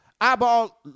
eyeball